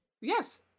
Yes